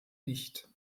nicht